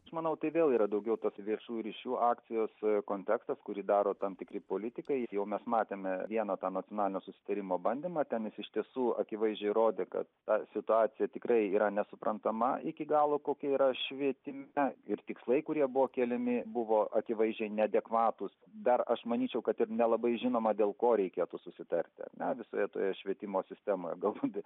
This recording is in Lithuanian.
aš manau tai vėl yra daugiau tos viešųjų ryšių akcijos kontekstas kurį daro tam tikri politikai ir jau mes matėme vieną tą nacionalinio susitarimo bandymą ten jis iš tiesų akivaizdžiai rodė kad ta situacija tikrai yra nesuprantama iki galo kokia yra švietime ir tikslai kurie buvo keliami buvo akivaizdžiai neadekvatūs dar aš manyčiau kad ir nelabai žinoma dėl ko reikėtų susitarti na visoje toje švietimo sistemoje galbūt